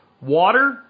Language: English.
Water